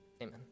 amen